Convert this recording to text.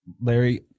Larry